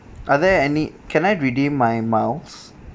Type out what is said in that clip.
are there any can I redeem my miles